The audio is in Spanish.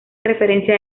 referencia